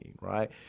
right